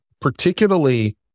particularly